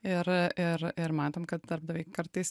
ir ir ir matom kad darbdaviai kartais